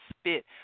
spit